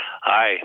Hi